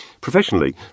Professionally